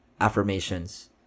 affirmations